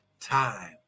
time